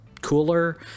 cooler